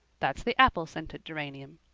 that's the apple-scented geranium.